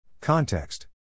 Context